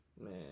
Man